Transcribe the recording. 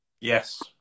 Yes